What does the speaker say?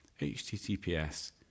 HTTPS